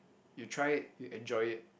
you try it you enjoy it